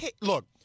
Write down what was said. look